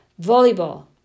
volleyball